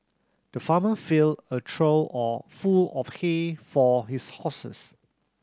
the farmer filled a trough all full of hay for his horses